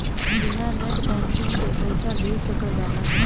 बिना net banking के पईसा भेज सकल जाला?